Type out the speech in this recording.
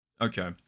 Okay